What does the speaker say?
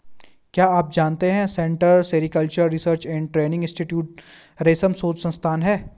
क्या आप जानते है central sericultural research and training institute रेशम शोध संस्थान है?